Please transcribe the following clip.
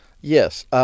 Yes